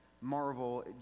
marvel